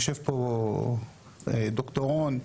יושב פה ד"ר רון,